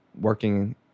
working